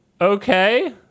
okay